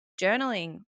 journaling